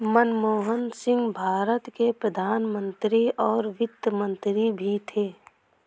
मनमोहन सिंह भारत के प्रधान मंत्री और वित्त मंत्री भी थे